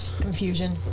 Confusion